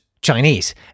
Chinese